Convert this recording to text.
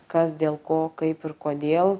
kas dėl ko kaip ir kodėl